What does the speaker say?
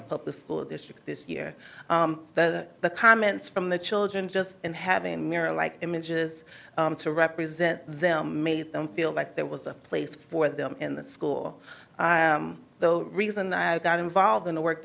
d public school district this year the comments from the children just in having mirra like images to represent them made them feel like there was a place for them in that school the reason i got involved in the work